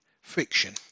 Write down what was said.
friction